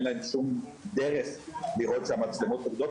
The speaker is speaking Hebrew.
אין להן שום דרך לראות שהמצלמות עובדות,